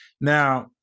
Now